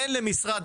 אין למשרד,